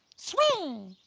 swing.